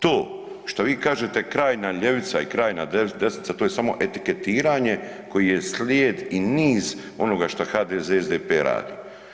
To što vi kažete krajnja ljevica i krajnja desnica to je samo etiketiranje koji je slijed i niz onoga šta HDZ i SDP radi.